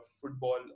football